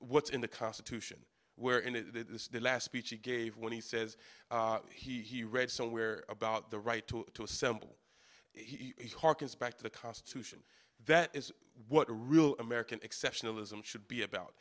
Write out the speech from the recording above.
what's in the constitution where in the last speech he gave when he says he read somewhere about the right to assemble he harkens back to the constitution that is what a real american exceptionalism should be about